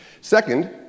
Second